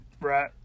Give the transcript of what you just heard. Right